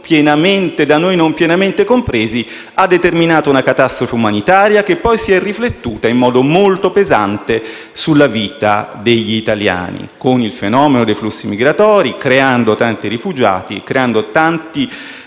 da noi non pienamente compresi ha determinato una catastrofe umanitaria, che poi si è riflettuta in modo molto pesante sulla vita degli italiani con il fenomeno dei flussi migratori, creando tanti rifugiati, tante